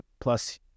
plus